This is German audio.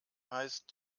heißt